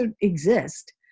exist